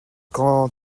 quand